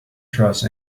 trust